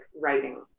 writing